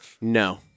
No